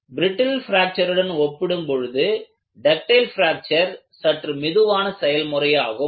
brittle பிராக்சருடன் ஒப்பிடும் பொழுது டக்டைல் பிராக்சர் சற்று மெதுவான செயல்முறை ஆகும்